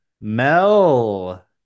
Mel